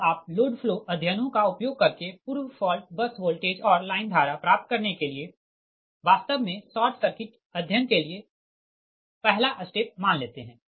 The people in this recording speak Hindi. अब आप लोड फ्लो अध्ययनों का उपयोग करके पूर्व फॉल्ट बस वोल्टेज और लाइन धारा प्राप्त करने के लिए वास्तव मे शॉर्ट सर्किट अध्ययन के लिए पहला स्टेप मान लेते हैं